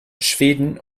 schweden